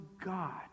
God